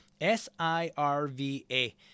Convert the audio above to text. S-I-R-V-A